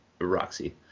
roxy